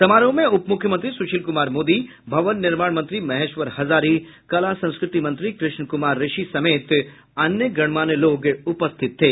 समारोह में उप मुख्यमंत्री सुशील कुमार मोदी भवन निर्माण मंत्री महेश्वर हजारी कला संस्कृति मंत्री कृष्ण कुमार ऋषि समेत अन्य गणमान्य लोग उपस्थित थे